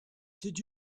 did